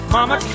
Mama